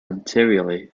anteriorly